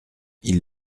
ils